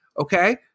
okay